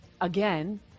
again